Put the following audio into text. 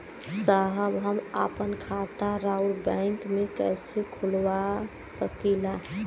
साहब हम आपन खाता राउर बैंक में कैसे खोलवा सकीला?